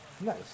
Nice